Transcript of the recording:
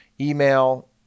email